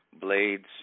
Blades